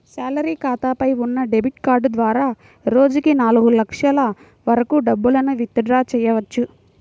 salary ఖాతాపై ఉన్న debit card ద్వారా రోజుకి నాలుగు లక్షల వరకు డబ్బులను విత్ డ్రా చెయ్యవచ్చు